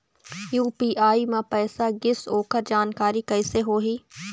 UPI म पैसा गिस ओकर जानकारी कइसे होही?